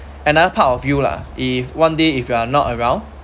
another part of you lah if one day if you are not around